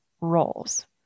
roles